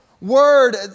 word